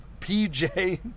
PJ